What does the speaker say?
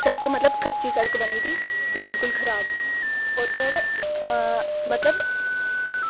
सड़क मतलब कच्ची सड़क बनी दी ते बिल्कुल खराब ओह् उद्धर मतलब